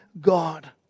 God